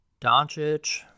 Doncic